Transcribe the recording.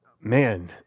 man